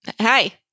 hi